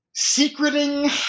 Secreting